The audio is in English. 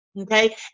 Okay